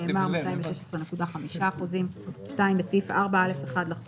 נאמר "216.5%"; בסעיף 4(א1) לחוק,